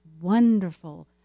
wonderful